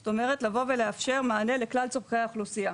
זאת אומרת לבוא ולאפשר מענה לכלל צרכי האוכלוסייה.